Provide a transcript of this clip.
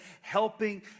helping